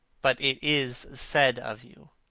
but it is said of you.